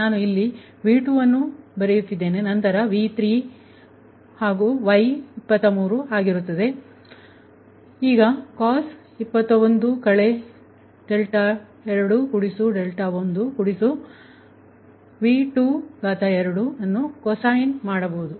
ನಾನು ಇಲ್ಲಿ V2ಅನ್ನು ಹಾಕುತ್ತಿದ್ದೇನೆ ನಂತರ V3 ನಂತರ Y23 ಅಲ್ಲವೇ ನಂತರ cos 21 21 V22ಅನ್ನು ಕೊಸೈನ್ ಮಾಡುತ್ತೇನೆ